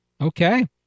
Okay